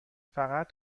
فقط